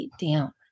down